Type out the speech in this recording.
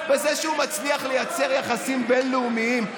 בזה שהוא מצליח לייצר יחסים בין-לאומיים?